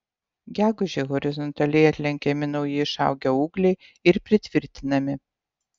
gegužę horizontaliai atlenkiami nauji išaugę ūgliai ir pritvirtinami